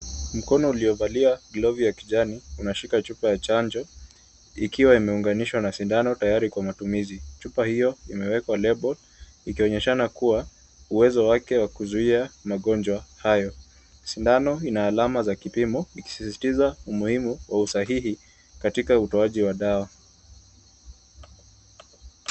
Mkono uliovalia glovu ya kijani unashika chupa ya chanjo ikiwa imeunganishwa na sindano tayari kwa matumizi. Chupa hiyo imewekwa lebo ikionyeshana kuwa uwezo wake wa kuzuia magonjwa hayo. Sindano ina alama za kipimo ikisisitiza umuhimu wa usahihi katika utoaji wa dawa.